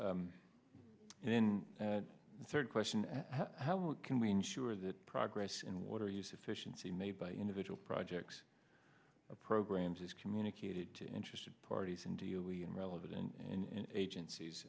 so and then the third question how can we ensure that progress in water use efficiency made by individual projects of programs is communicated to interested parties in dealey and relevant in agencies